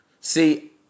See